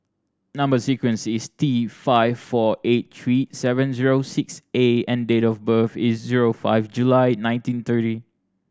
number sequence is T five four eight three seven zero six A and date of birth is zero five July nineteen thirty